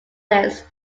list